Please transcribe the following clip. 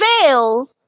fail